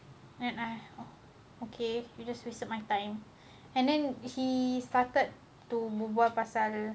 and I okay you just wasted my time and then he started to move on pasal